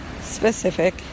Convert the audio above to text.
specific